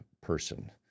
person